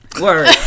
Word